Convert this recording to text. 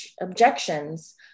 objections